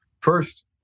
First